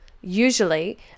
usually